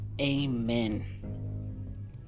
amen